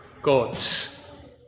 gods